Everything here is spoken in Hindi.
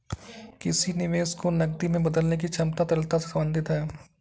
किसी निवेश को नकदी में बदलने की क्षमता तरलता से संबंधित है